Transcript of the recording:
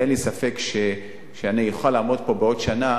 אין לי ספק שאני אוכל לעמוד פה בעוד שנה